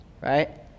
Right